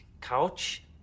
couch